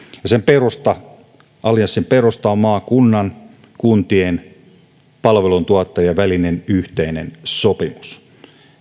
ja allianssin perusta on maakunnan kuntien ja palveluntuottajien välinen yhteinen sopimus